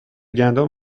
گندم